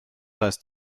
heißt